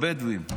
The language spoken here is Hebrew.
הבדואים,